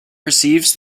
receives